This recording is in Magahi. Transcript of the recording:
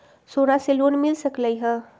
सोना से लोन मिल सकलई ह?